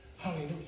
Hallelujah